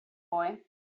boy